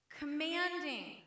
commanding